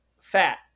fat